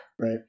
Right